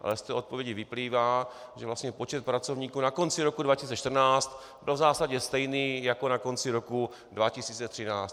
Ale z té odpovědi vyplývá, že vlastně počet pracovníků na konci roku 2014 byl v zásadě stejný jako na konci roku 2013.